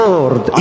Lord